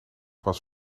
was